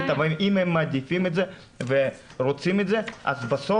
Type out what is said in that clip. אבל אם הם מעדיפים את זה ורוצים את זה אז בסוף,